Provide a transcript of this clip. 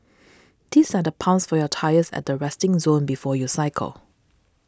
theis are pumps for your tyres at the resting zone before you cycle